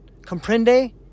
Comprende